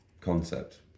concept